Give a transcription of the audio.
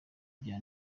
vya